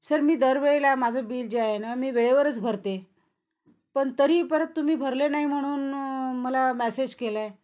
sir मी दरवेळेला माझं बिल जे आहे ना मी वेळेवरच भरते पण तरी परत तुम्ही भरले नाही म्हणून मला मॅसेज केला आहे